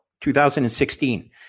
2016